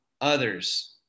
others